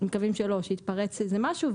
ואנחנו מקווים שלא, שיתפרץ איזה משהו.